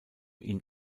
ihn